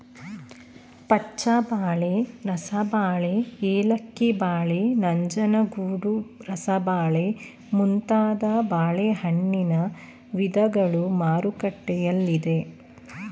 ಪಚ್ಚಬಾಳೆ, ರಸಬಾಳೆ, ಏಲಕ್ಕಿ ಬಾಳೆ, ನಂಜನಗೂಡು ರಸಬಾಳೆ ಮುಂತಾದ ಬಾಳೆಹಣ್ಣಿನ ವಿಧಗಳು ಮಾರುಕಟ್ಟೆಯಲ್ಲಿದೆ